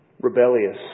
Rebellious